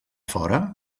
fora